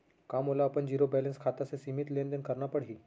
का मोला अपन जीरो बैलेंस खाता से सीमित लेनदेन करना पड़हि?